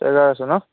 Fazer আছে ন